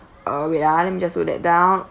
uh wait ah let me just note that down